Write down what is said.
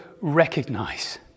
recognize